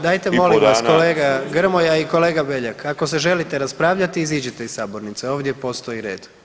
Dajte molim vas kolega Grmoja i kolega Beljak, ako se želite raspravljati iziđite iz sabornice, ovdje postoji red.